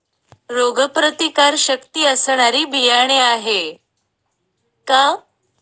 रोगप्रतिकारशक्ती असणारी बियाणे आहे का?